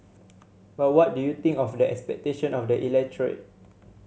but what do you think of the expectation of the electorate